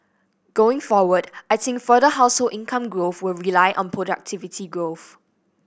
going forward I think further household income growth will rely on productivity growth